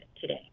today